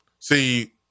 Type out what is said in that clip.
see